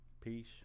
Peace